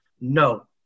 no